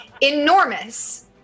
enormous